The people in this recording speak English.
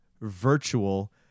virtual